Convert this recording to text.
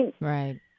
Right